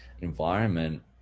environment